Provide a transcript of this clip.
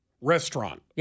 restaurant